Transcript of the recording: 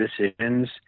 decisions